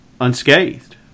unscathed